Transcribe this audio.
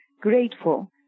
grateful